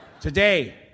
Today